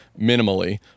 minimally